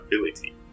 ability